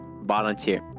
volunteer